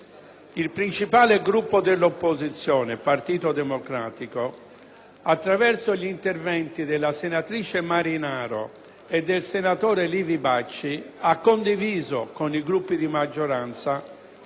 Il principale Gruppo diopposizione, quello del Partito Democratico, attraverso gli interventi della senatrice Marinaro e del senatore Livi Bacci, ha condiviso con i Gruppi di maggioranza